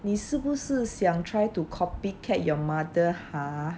你是不是想 try to copycat your mother !huh!